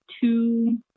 two